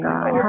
God